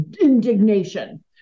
indignation